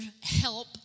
help